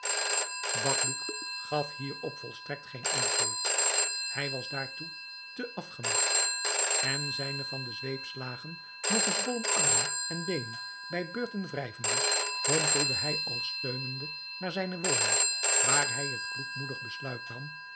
bacbouc gaf hierop volstrekt geen antwoord hij was daartoe te afgemat en zijne van de zweepslagen nog gezwollen armen en beenen bij beurten wrijvende hompelde hij al steunende naar zijne woning waar hij het kloekmoedig besluit nam